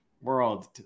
world